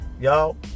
Y'all